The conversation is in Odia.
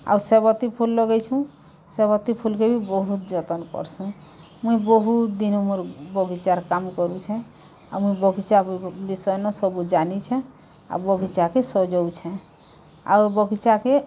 ଆଉ ସେବତୀ ଫୁଲ୍ ଲଗେଇଛୁଁ ସେବତୀ ଫୁଲକେ ବି ବହୁତ୍ ଯତନ୍ କରସୁଁ ମୁଇଁ ବହୁତ୍ ଦିନୁ ମୋର୍ ବଗିଚାର୍ କାମ୍ କରୁଛେଁ ଆଉ ମୁଇଁ ବଗିଚା ବିଷୟନେଁ ସବୁ ଜାନିଛେଁ ବଗିଚାକେ ସଜଉଛେଁ ଆଉ ବଗିଚାକେ